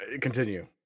Continue